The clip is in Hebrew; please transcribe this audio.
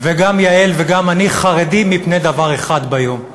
וגם יעל וגם אני חרדים מפני דבר אחד ביום,